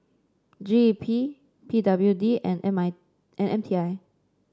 G E P P W D and M I and M T I